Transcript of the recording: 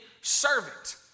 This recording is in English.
servant